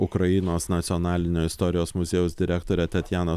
ukrainos nacionalinio istorijos muziejaus direktore tatjana